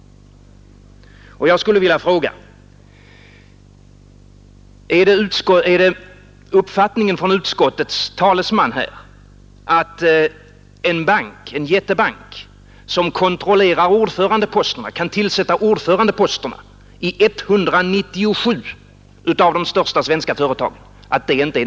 Jag vill fråga: Har utskottets talesman den uppfattningen att det inte är ett tecken på koncentration att en jättebank kan tillsätta ordförandeposterna i 197 av de största svenska företagen?